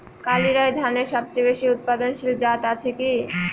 কালিরাই ধানের সবচেয়ে বেশি উৎপাদনশীল জাত আছে কি?